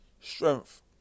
strength